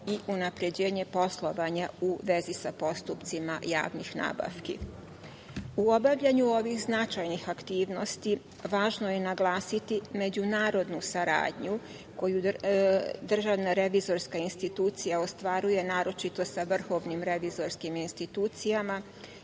i unapređenje poslovanja u vezi sa postupcima javnih nabavki.U obavljanju ovih značajnih aktivnosti važno je naglasiti međunarodnu saradnju koja DRI ostvaruje, naročito sa vrhovnim revizorskim institucijama,